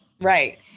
right